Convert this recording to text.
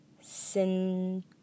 sin